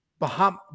Baham